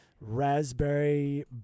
raspberry